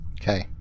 Okay